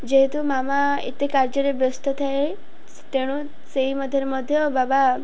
ଯେହେତୁ ମାମା ଏତେ କାର୍ଯ୍ୟରେ ବ୍ୟସ୍ତ ଥାଏ ତେଣୁ ସେଇ ମଧ୍ୟରେ ମଧ୍ୟ ବାବା